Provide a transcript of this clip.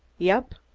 yep.